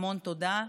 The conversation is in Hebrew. המון תודה.